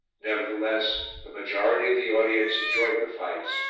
nevertheless the majority of the audience enjoyed the fights,